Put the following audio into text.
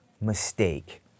mistake